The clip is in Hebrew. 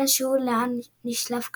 אלא שהוא לא נשלף כלל.